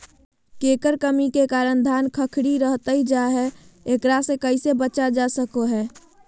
केकर कमी के कारण धान खखड़ी रहतई जा है, एकरा से कैसे बचा सको हियय?